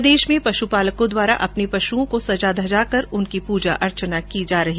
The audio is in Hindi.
प्रदेश में पशुपालकों द्वारा अपने पशुओं को सजाधजा कर उनकी पूजा अर्चना की गई